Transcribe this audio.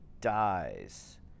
dies